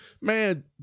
man